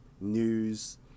news